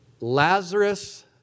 Lazarus